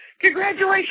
congratulations